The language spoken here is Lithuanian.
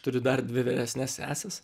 turiu dar dvi vyresnes seses